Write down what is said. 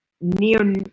neon